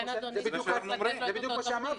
זה בדיוק מה שאמרתי,